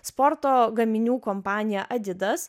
sporto gaminių kompanija adidas